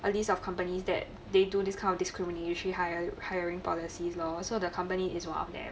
a list of companies that they do this kind of discrimination hiring hiring policies lor so the company is one of them